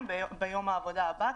לא אני,